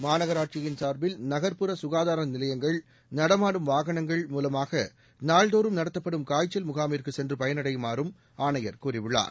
மாநகராட்சியின் சார்பில் நகர்ப்புற சுகாதார நிலையங்கள் நடமாடும் வாகனங்கள் மூலமாக நாள்தோறும் நடத்தப்படும் காய்ச்சல் முகாமிற்குச் சென்று பயனடையுமாறும் ஆணையர் கூறியுள்ளார்